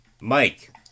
Mike